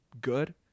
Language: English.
good